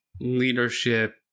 leadership